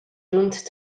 doomed